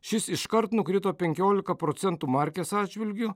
šis iškart nukrito penkiolika procentų markės atžvilgiu